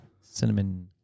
Cinnamon